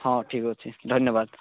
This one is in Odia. ହଁ ଠିକ୍ ଅଛି ଧନ୍ୟବାଦ